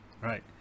Right